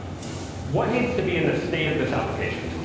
what needs to be in the state of this application?